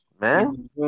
man